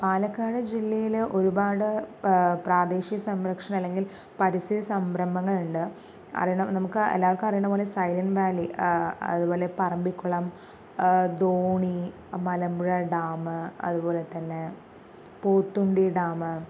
പാലക്കാട് ജില്ലയിലെ ഒരുപാട് പ്രാദേശിക സംരക്ഷണം അല്ലെങ്കിൽ പരിസ്ഥിതി സംരംഭങ്ങൾ ഉണ്ട് കാരണം നമുക്കെല്ലാവർക്കും അറിയുന്ന പോലെ സൈലന്റ് വാലി അതുപോലെ പറമ്പികുളം ധോണി മലമ്പുഴ ഡാം അതുപോലെ തന്നെ പോത്തുണ്ടി ഡാം